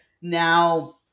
now